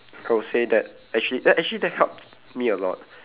I would say that actually that actually that helped me a lot